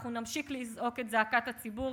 אנחנו נמשיך לזעוק את זעקת הציבור,